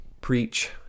preach